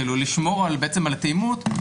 כאילו לשמור על בעצם על התאימות,